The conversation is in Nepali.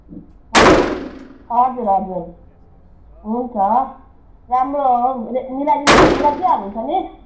ह हजुर हजुर हुन्छ राम्रो हो रे मलाइदिनु त मिलाइदिइहाल्नु हुन्छ नि